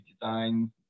design